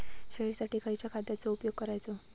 शेळीसाठी खयच्या खाद्यांचो उपयोग करायचो?